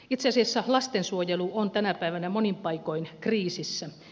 itse asiassa lastensuojelu on tänä päivänä monin paikoin kriisissä